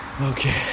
okay